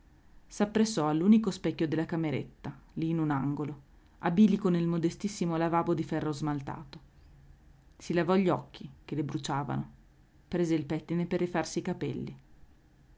dal pianto s'appressò all'unico specchio della cameretta lì in un angolo a bilico nel modestissimo lavabo di ferro smaltato si lavò gli occhi che le bruciavano prese il pettine per rifarsi i capelli